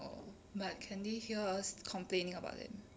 oh but can they hear us complaining about them